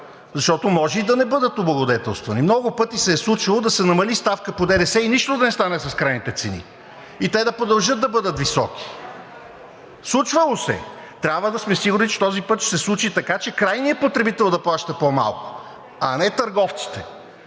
защото може и да не бъдат облагодетелствани. Много пъти се е случвало да се намали ставка по ДДС и нищо да не стане с крайните цени и те да продължат да бъдат високи. Случвало се е. Трябва да сме сигурни, че този път ще се случи така, че крайният потребител да плаща по-малко, а не търговците.